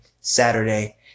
saturday